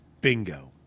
Bingo